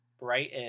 right